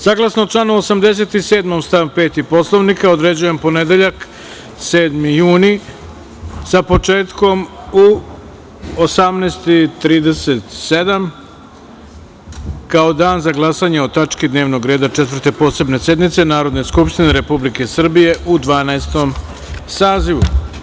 Saglasno članu 87. stav 5. Poslovnika određujem ponedeljak 7. juni sa početkom u 18 i 37 časova, kao dan za glasanje o tački dnevnog reda Četvrte posebne sednice Narodne skupštine Republike Srbije u XII sazivu.